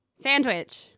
Sandwich